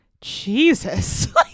Jesus